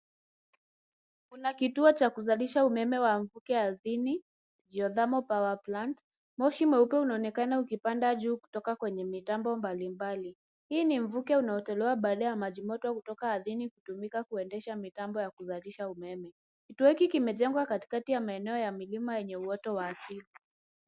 Kuna kituo cha kuzalisha umeme wa mvuke ardhini, geothermal power plant . Moshi mweupe unaonekana ukipanda juu kutoka kwenye mitambo mbalimbali. Hii ni mvuke unaotolewa baada ya maji moto kutoka ardhini kutumika kuendesha mitambo ya kuzalisha umeme. Kituo hiki kimejengwa katikati ya milima yenye uoto wa asili.